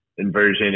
Inversion